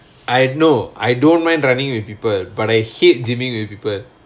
I no I don't mind running with people but I hate gyming with people